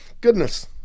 goodness